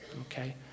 okay